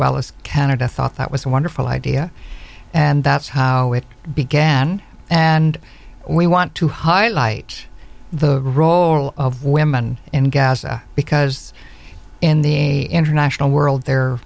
well as canada thought that was a wonderful idea and that's how it began and we want to highlight the role of women in gaza because in the international world there